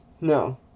No